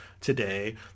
today